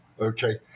Okay